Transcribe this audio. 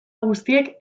guztiek